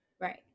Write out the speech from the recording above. right